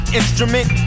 instrument